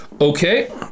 Okay